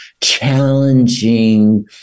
challenging